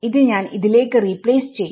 ഇത് ഞാൻ ലേക്ക് റീപ്ലേസ് ചെയ്യും